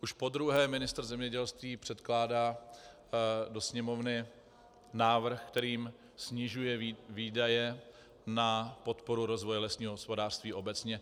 Už podruhé ministr zemědělství předkládá do Sněmovny návrh, kterým snižuje výdaje na podporu rozvoje lesního hospodářství obecně.